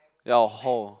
ya hall